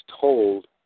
told